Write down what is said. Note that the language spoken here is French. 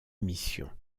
mission